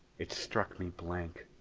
it struck me blank.